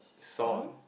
song